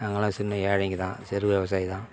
நாங்களாம் சின்ன ஏழைங்கள் தான் சிறு விவசாயி தான்